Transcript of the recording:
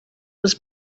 was